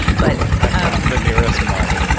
but the nearest mud